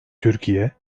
türkiye